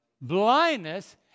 Blindness